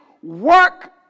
work